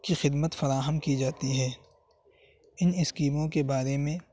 کی خدمت فراہم کی جاتی ہے ان اسکیموں کے بارے میں